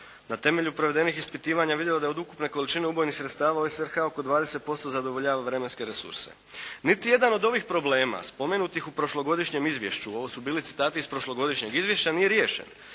Na temelju provedenih ispitivanja vidljivo je da je od ukupne količine ubojnih sredstava ORSRH zadovoljava vremenske resurse.". Niti jedan od ovih problema spomenutih u prošlogodišnjem izvješću, ovo su bili citati iz prošlogodišnjeg izvješća nije riješen.